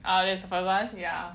ah that's his first one ya